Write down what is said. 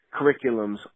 curriculums